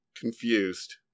Confused